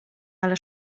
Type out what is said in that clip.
ale